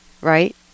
right